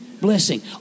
Blessing